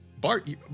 Bart